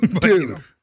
Dude